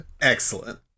excellent